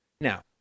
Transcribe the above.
Now